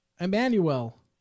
Emmanuel